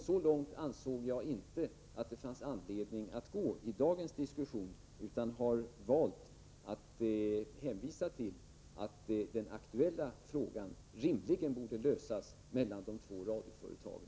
Så långt ansåg jag inte att det fanns anledning att gå i dagens debatt, utan har valt att hänvisa till att den aktuella frågan rimligen borde lösas mellan de två radioföretagen.